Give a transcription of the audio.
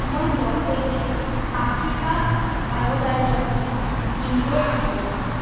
মই দহ পেকেট আশীৰ্বাদ আয়'ডাইজডত নিমখ কিনিব বিচাৰোঁ